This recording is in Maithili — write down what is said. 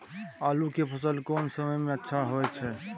आलू के फसल कोन समय में अच्छा होय छै?